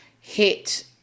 hit